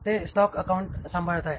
ते stock account सांभाळत आहेत